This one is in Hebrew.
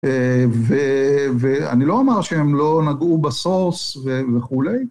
ואני לא אמר שהם לא נגעו בסוס וכולי